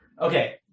Okay